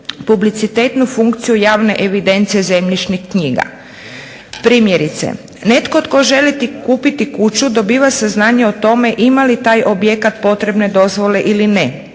publicitetnu funkciju javne evidencije zemljišnih knjiga. Primjerice, netko tko želi kupiti kuću dobiva saznanje o tome ima li taj objekt potrebne dozvole ili ne,